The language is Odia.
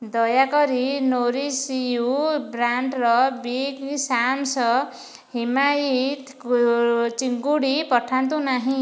ଦୟାକରି ନୋରିଶ ୟୁ ବ୍ରାଣ୍ଡ୍ର ବିଗ୍ ସାମ୍ସ୍ ହିମାୟିତ ଚିଙ୍ଗୁଡ଼ି ପଠାନ୍ତୁ ନାହିଁ